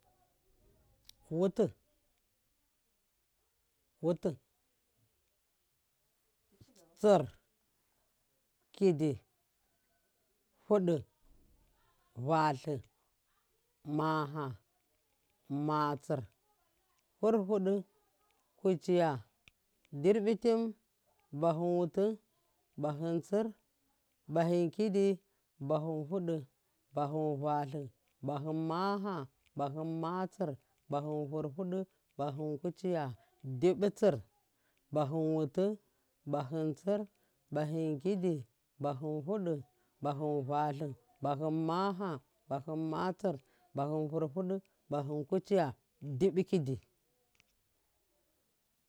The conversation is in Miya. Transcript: Wutir, wutir. Tsir. Kidih. Fudu. Valim. Maha. Matsir. Furfudi. Kutsiya. dirɓitim. bahum witi. bahum tsir. bahum kidi. bahum fudu. bahum valim. bahum maha. bahum matsir. bahum furfudi. bahum kuchiya. dibi tsir. bahum witi. bahum tsir. bahum kidi. bahum fudu. bahum valim. bahum maha. bahum matsir. bahum. furfudi. bahum kuchiya. dibi kidi.